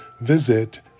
visit